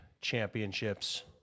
championships